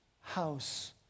house